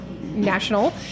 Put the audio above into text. national